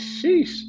sheesh